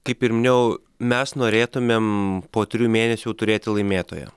kaip ir minėjau mes norėtumėm po trijų mėnesių turėti laimėtoją